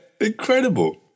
Incredible